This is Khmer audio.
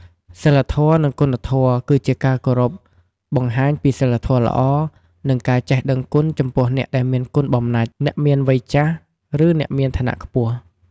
សីលធម៌ និងគុណធម៌គឺជាការគោរពបង្ហាញពីសីលធម៌ល្អ និងការចេះដឹងគុណចំពោះអ្នកមានគុណបំណាច់ អ្នកមានវ័យចាស់ ឬអ្នកមានឋានៈខ្ពស់។